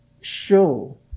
show